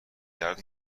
درد